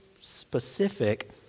specific